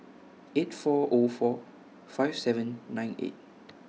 eight four O four five seven nine eight